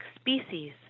species